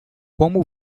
como